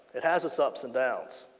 it has it's ups and downs.